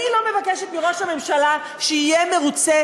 אני לא מבקשת מראש הממשלה שיהיה מרוצה